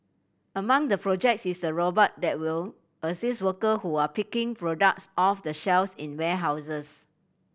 among the projects is a robot that will assist worker who are picking products off the shelves in warehouses